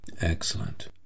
excellent